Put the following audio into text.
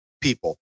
people